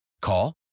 Call